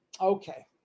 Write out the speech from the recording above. Okay